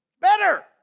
Better